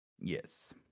Yes